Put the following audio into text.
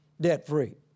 debt-free